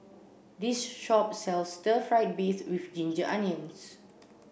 this shop sells stir fried beefs with ginger onions